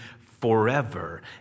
forever